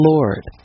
Lord